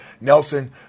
Nelson